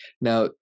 Now